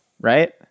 right